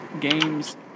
games